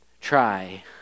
try